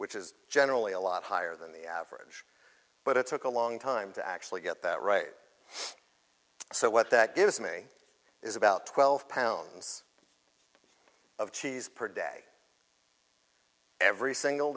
which is generally a lot higher than the average but it took a long time to actually get that right so what that gives me is about twelve pounds of cheese per day every single